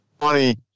funny